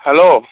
hello